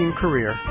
career